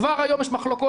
כבר היום יש מחלוקות,